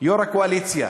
יו"ר הקואליציה,